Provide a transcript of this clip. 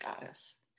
goddess